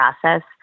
process